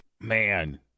Man